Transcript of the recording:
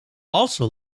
also